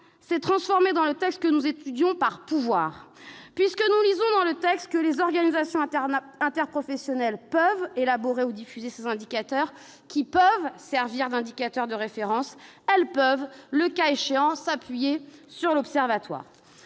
est remplacé, dans le texte que nous étudions, par le verbe « pouvoir »: nous y lisons en effet que les organisations interprofessionnelles « peuvent » élaborer ou diffuser ces indicateurs, qui « peuvent » servir d'indicateurs de référence, et qu'elles « peuvent », le cas échéant, s'appuyer sur l'observatoire.